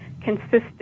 consistent